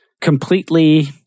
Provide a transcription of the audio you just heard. completely